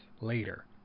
later